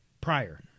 prior